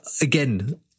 again